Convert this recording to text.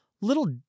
little